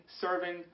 serving